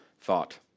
thought